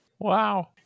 Wow